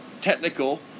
technical